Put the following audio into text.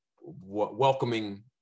welcoming